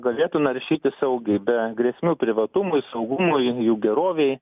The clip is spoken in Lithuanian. galėtų naršyti saugiai be grėsmių privatumui saugumui jų gerovei